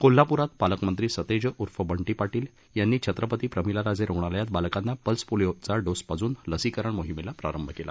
कोल्हापुरात पालकमंत्री सतेज ऊर्फ बंधी पाधील यांनी छत्रपती प्रमिलाराजे रूग्णालयात बालकांना पल्स पोलिओचा डोस पाजून लसीकरण मोहिमेचा प्रारंभ केला